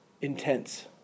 intense